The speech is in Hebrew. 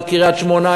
את קריית-שמונה,